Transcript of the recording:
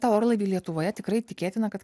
tą orlaivį lietuvoje tikrai tikėtina kad